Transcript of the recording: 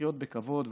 לחיות בכבוד.